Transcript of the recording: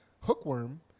hookworm